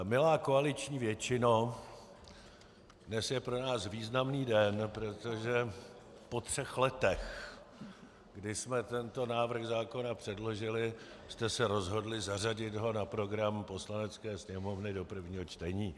Milá koaliční většino, dnes je pro nás významný den, protože po třech letech, kdy jsme tento návrh zákona předložili, jste se rozhodli zařadit ho na program Poslanecké sněmovny do prvního čtení.